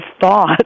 thought